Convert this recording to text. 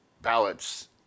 ballots